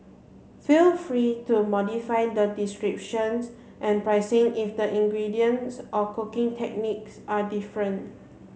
feel free to modify the descriptions and pricing if the ingredients or cooking techniques are different